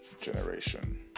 generation